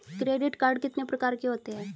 Credit card कितने प्रकार के होते हैं?